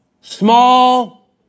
small